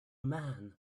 man